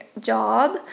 job